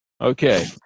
Okay